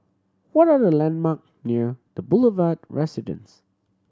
what are the landmark near The Boulevard Residence